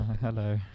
Hello